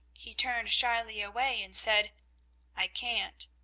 he turned shyly away and said i can't,